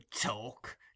talk